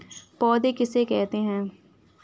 पौध किसे कहते हैं?